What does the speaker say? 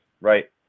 right